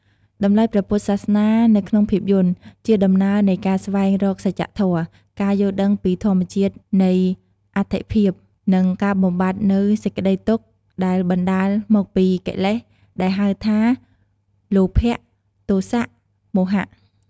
តម្លៃព្រះពុទ្ធសាសនានៅក្នុងភាពយន្ត ជាដំណើរនៃការស្វែងរកសច្ចធម៌ ការយល់ដឹងពីធម្មជាតិនៃអត្ថិភាព និងការបំបាត់នូវសេចក្តីទុក្ខដែលបណ្តាលមកពីកិលេស ដែលគេហៅថា លោភៈ ទោសៈ មោហៈ។